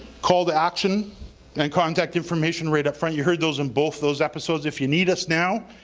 call to action and contact information right upfront. you heard those in both those episodes. if you need us now,